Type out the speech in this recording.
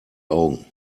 augen